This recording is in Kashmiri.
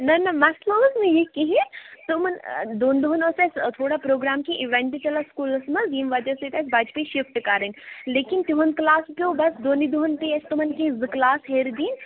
نہ نہ مَسلہ اوس نہٕ یہِ کِہینۍ تِمن دۅن دۄہن اوس اَسہِ تھوڑا پروگرام کی اِوینٹ چلان سکوٗلس منز یمہِ وجہ سۭتۍ اَسہِ بچہِ پیٚیہِ شِفٹ کَرٕنۍ لیکِن تِمن کلاس پیو بس دۄنٕے دۄہن پیٚیہِ اَسہِ تمن زٕ کلاس ہیرِ دِنۍ